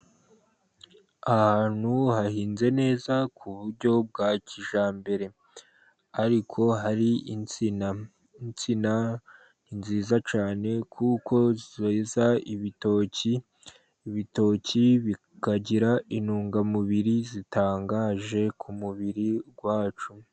Ahantu hahinze neza ku buryo bwa kijyambere, ariko hari insina. Insina ni nziza cyane kuko zeza ibitoki, ibitoki bikagira intungamubiri zitangaje ku mubiri wacu.